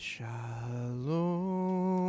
Shalom